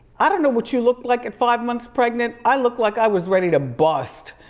i don't know what you look like at five months pregnant. i looked like i was ready to bust.